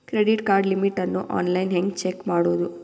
Credit card limit ಅನ್ನು online ಹೆಂಗ್ check ಮಾಡೋದು?